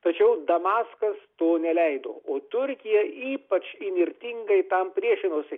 tačiau damaskas to neleido o turkija ypač įnirtingai tam priešinosi